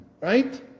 Right